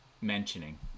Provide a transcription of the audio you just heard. mentioning